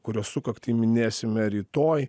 kurio sukaktį minėsime rytoj